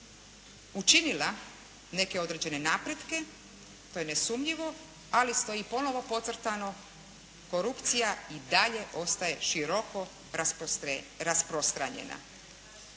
učinila neke određene napretke, to je nesumnjivo, ali smo i ponovo podcrtano, korupcija i dalje ostaje široko rasprostranjena.